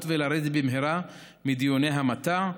ולרדת במהרה מדיוני מועצת התכנון העליונה.